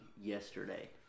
yesterday